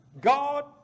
God